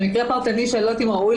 זה מקרה פרטני שאני לא יודעת אם ראוי